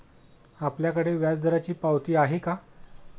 आपल्याकडे व्याजदराची पावती आहे का?